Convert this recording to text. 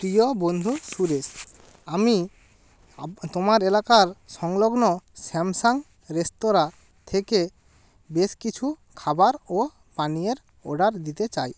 প্রিয় বন্ধু সুরেশ আমি তোমার এলাকার সংলগ্ন স্যামসাং রেস্তোরাঁঁ থেকে বেশ কিছু খাবার ও পানীয়ের অর্ডার দিতে চাই